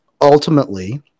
ultimately